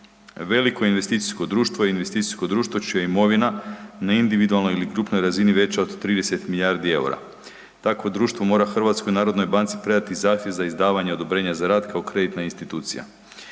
Veliko investicijsko društvo je investicijsko društvo čija je imovina neinvidualno ili na krupnoj razini veća od 30 milijardi EUR-a. Takvo društvo mora HNB-u predati zahtjev za izdavanje odobrenja za rad kao kreditna institucija.